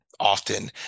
often